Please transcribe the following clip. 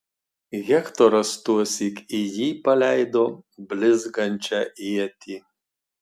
hektoras tuosyk į jį paleido blizgančią ietį